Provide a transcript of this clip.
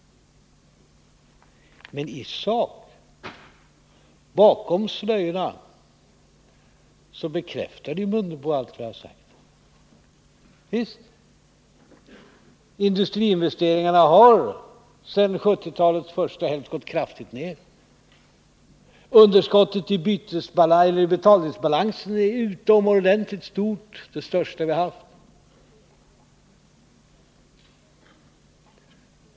Men i sak, bakom slöjorna, bekräftade ju Ingemar Mundebo allt vad jag har sagt. Visst —-industriinvesteringarna har sedan 1970-talets första hälft gått ned kraftigt. Underskottet i betalningsbalansen är utomordentligt stort — det största vi har haft.